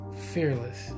fearless